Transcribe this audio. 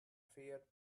fair